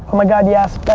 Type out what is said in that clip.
my god, yes.